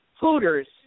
Hooters